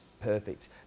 perfect